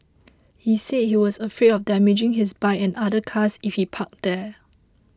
he said he was afraid of damaging his bike and other cars if he parked there